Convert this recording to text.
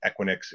Equinix